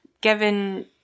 Given